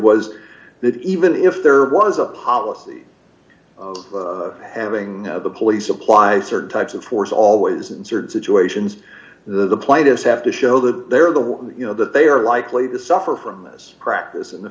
was that even if there was a policy of having the police apply certain types of force always in certain situations the plaintiffs have to show that they are the ones you know that they are likely to suffer from this practice in the